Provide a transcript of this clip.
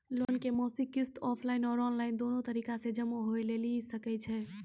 Loan के मासिक किस्त ऑफलाइन और ऑनलाइन दोनो तरीका से जमा होय लेली सकै छै?